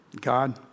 God